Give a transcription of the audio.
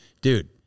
dude